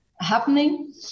happening